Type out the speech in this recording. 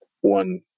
one